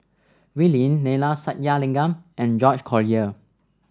Wee Lin Neila Sathyalingam and George Collyer